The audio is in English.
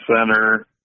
center